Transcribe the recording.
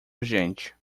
urgente